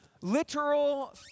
literal